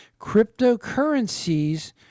cryptocurrencies